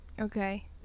Okay